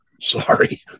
sorry